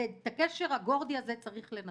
את הקשר הגורדי הזה צריך לנתק.